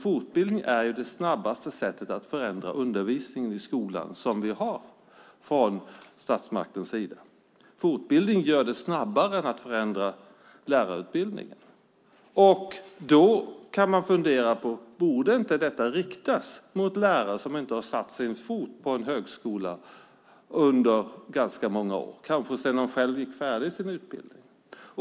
Fortbildning är det snabbaste sättet vi från statsmaktens sida har för att förändra undervisningen i skolan. Fortbildning går snabbare än att förändra lärarutbildningen. Man kan fundera över om den inte borde riktas mot lärare som inte på många år har satt sin fot på en högskola, kanske inte sedan de gick färdigt sin utbildning.